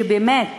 שבאמת